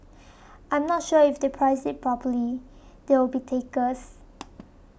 I'm not sure if they price it properly there will be takers